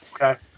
Okay